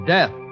Death